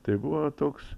tai buvo toks